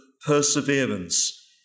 perseverance